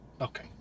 Okay